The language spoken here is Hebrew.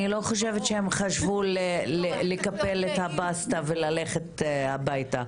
אני לא חושבת שהם חשבו לקפל את הבסטה וללכת הביתה.